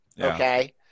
Okay